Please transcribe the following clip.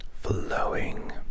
flowing